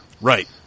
Right